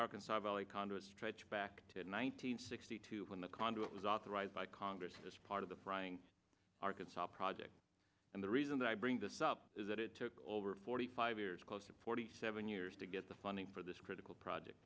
arkansas valley condo stretch back to the one nine hundred sixty two when the conduit was authorized by congress as part of the frying arkansas project and the reason that i bring this up is that it took over forty five years close to forty seven years to get the funding for this critical project